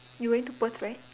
you going to Perth right